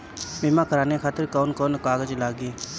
बीमा कराने खातिर कौन कौन कागज लागी?